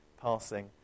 passing